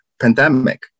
pandemic